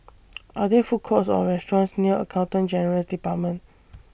Are There Food Courts Or restaurants near Accountant General's department